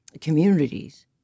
communities